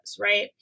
right